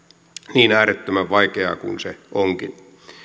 niin äärettömän vaikeaa kuin se onkin